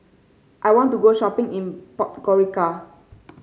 I want to go shopping in Podgorica